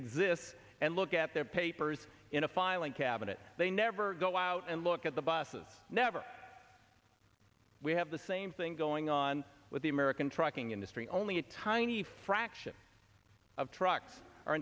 exists and look at their papers in a filing cabinet they never go out and look at the buses never we have the same thing going on with the american trucking industry only a tiny fraction of trucks